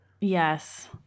Yes